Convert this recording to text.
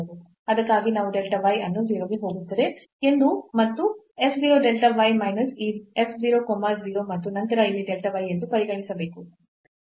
ಅದಕ್ಕಾಗಿ ನಾವು delta y ಅನ್ನು 0 ಗೆ ಹೋಗುತ್ತದೆ ಎಂದು ಮತ್ತು f 0 delta y minus ಈ f 0 comma 0 ಮತ್ತು ನಂತರ ಇಲ್ಲಿ delta y ಎಂದು ಪರಿಗಣಿಸಬೇಕು